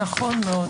נכון מאוד.